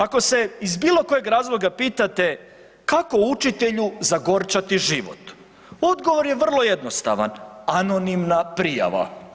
Ako se iz bilo kojeg razloga pitate kako učitelju zagorčati život, odgovor je vrlo jednostavan, anonimna prijava.